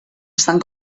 estan